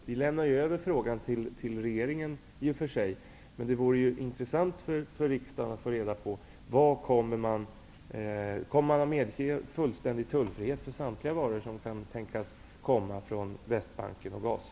Vi lämnar ju över frågan till regeringen, men det vore intressant för riksdagen att få reda på om man kommer att medge fullständig tullfrihet för samtliga varor som kan komma från Västbanken och Gaza.